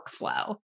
workflow